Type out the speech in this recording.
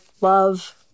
love